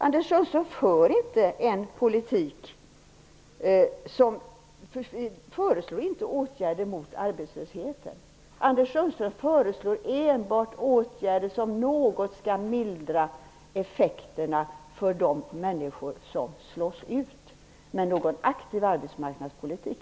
Anders Sundström föreslår inga åtgärder mot arbetslösheten. Anders Sundström föreslår enbart åtgärder som något skall mildra effekterna för de människor som slås ut. Detta är icke någon aktiv arbetsmarknadspolitik.